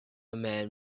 man